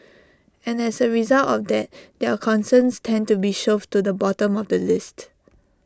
and as A result of that their concerns tend to be shoved to the bottom of the list